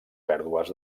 pèrdues